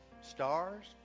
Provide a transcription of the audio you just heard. stars